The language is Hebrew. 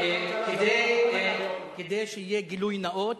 כדי שיהיה גילוי נאות,